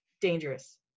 Dangerous